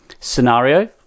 scenario